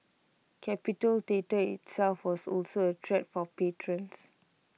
capitol theatre itself was also A treat for patrons